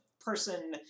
person